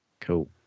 Cool